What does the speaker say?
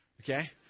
okay